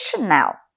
now